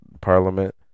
Parliament